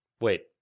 Wait